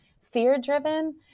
fear-driven